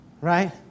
Right